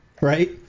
Right